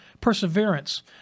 perseverance